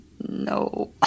No